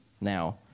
now